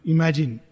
Imagine